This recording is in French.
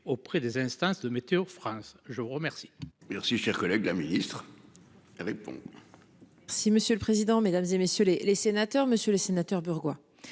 auprès des instances de météo France. Je vous remercie.